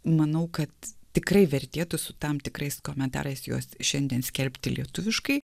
manau kad tikrai vertėtų su tam tikrais komentarais juos šiandien skelbti lietuviškai